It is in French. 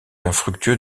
infructueux